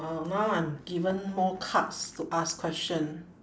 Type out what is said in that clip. orh now I'm given more cards to ask question